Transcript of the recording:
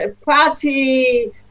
party